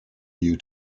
you